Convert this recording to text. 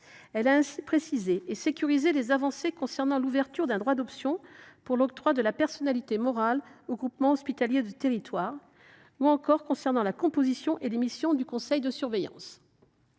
Elle a ainsi précisé et sécurisé les avancées concernant l’ouverture d’un droit d’option pour l’octroi de la personnalité morale aux groupements hospitaliers de territoire (GHT) ou encore concernant la composition et les missions du conseil de surveillance.